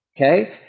Okay